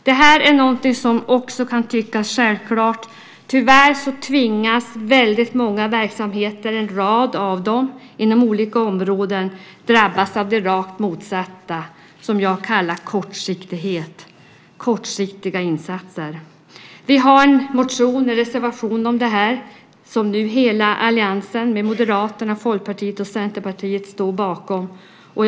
Det kan tyckas självklart, men tyvärr drabbas en rad verksamheter inom olika områden av det motsatta, det som jag kallar kortsiktighet. Vi har en motion om detta, och hela alliansen - Kristdemokraterna, Moderaterna, Folkpartiet och Centerpartiet - står bakom den.